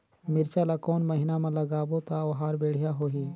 मिरचा ला कोन महीना मा लगाबो ता ओहार बेडिया होही?